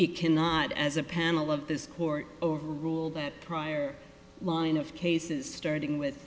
it cannot as a panel of this court overrule that prior line of cases starting with